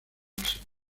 nixon